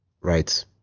right